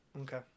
okay